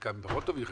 חלקם פחות טובים,